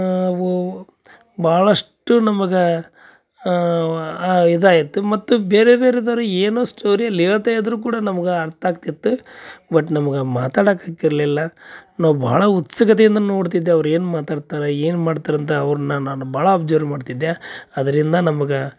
ಅವು ಭಾಳಷ್ಟು ನಮ್ಗೆ ಆ ಇದಾಯಿತು ಮತ್ತು ಬೇರೆ ಬೇರೆ ಥರ ಏನೋ ಸ್ಟೋರಿ ಅಲ್ಲಿ ಹೇಳ್ತ ಇದ್ದರೂ ಕೂಡ ನಮ್ಗೆ ಅರ್ಥ ಆಗ್ತಿತ್ತು ಒಟ್ಟು ನಮ್ಗೆ ಮಾತಾಡಕ್ಕೆ ಆಗ್ತಿರಲಿಲ್ಲ ನಾವು ಭಾಳ ಉತ್ಸುಕತೆಯಿಂದ ನೋಡ್ತಿದ್ದೆ ಅವ್ರು ಮಾತಾಡ್ತಾರೆ ಏನೋ ಮಾಡ್ತಾರೆ ಅಂತ ಅವ್ರನ್ನ ನಾನು ಭಾಳ ಅಬ್ಜರ್ ಮಾಡ್ತಿದ್ದೆ ಅದರಿಂದ ನಮ್ಗೆ